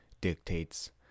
dictates